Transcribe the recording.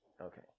Okay